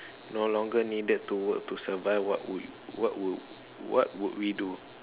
no longer needed to work to survive what would what would what would we do